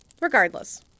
Regardless